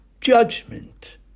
judgment